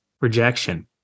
Rejection